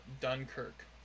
dunkirk